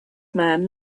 man